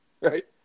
right